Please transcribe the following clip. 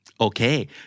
Okay